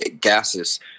gases